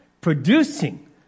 producing